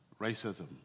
racism